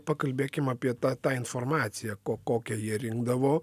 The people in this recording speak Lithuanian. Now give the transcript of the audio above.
pakalbėkim apie tą tą informaciją kokią jie rinkdavo